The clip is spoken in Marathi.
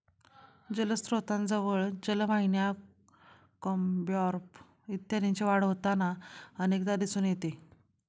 जलस्त्रोतांजवळ जलवाहिन्या, क्युम्पॉर्ब इत्यादींची वाढ होताना अनेकदा दिसून येते